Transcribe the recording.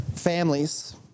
Families